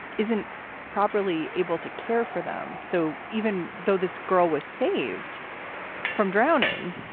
isn't properly able to care for them. so even though this girl was saved from drowning,